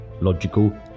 logical